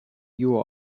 you